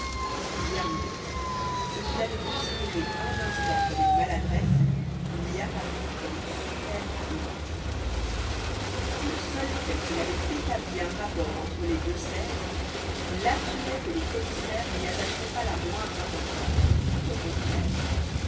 bien mieux ce qu'il avait considéré un instant comme une maladresse lui apparut comme une suprême habileté le seul fait qu'il avait établi un rapport entre les deux l'assurait que le commissaire n'y attacherait pas la moindre importance tout au contraire